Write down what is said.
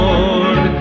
Lord